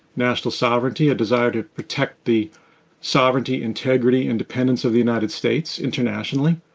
national sovereignty, a desire to protect the sovereignty, integrity, independence of the united states internationally,